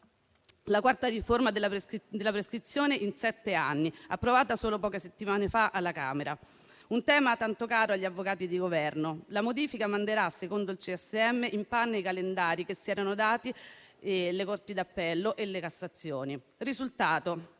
la quarta riforma della prescrizione in sette anni, approvata solo poche settimane fa alla Camera; un tema tanto caro agli avvocati di Governo. La modifica, secondo il CSM, manderà in panne i calendari che si erano dati le corti d'appello e le cassazioni. Il risultato